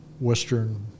Western